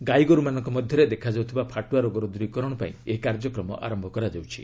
ଗାଇଗୋରୁମାନଙ୍କ ମଧ୍ୟରେ ଦେଖାଯାଉଥିବା ଫାଟୁଆ ରୋଗର ଦୂରୀକରଣ ପାଇଁ ଏହି କାର୍ଯ୍ୟକ୍ରମ ଆରମ୍ଭ କରାଯାଉଛି